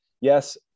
yes